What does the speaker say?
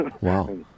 Wow